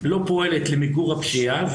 לא פועלת למיגור הפשיעה,